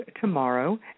tomorrow